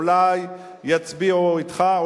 אולי יצביעו אתך,